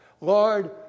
Lord